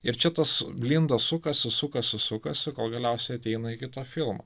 ir čia tas blinda sukasi sukasi sukasi kol galiausiai ateina iki kito filmo